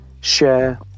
share